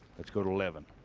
let's go to eleven.